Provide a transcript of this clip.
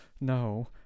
no